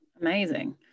Amazing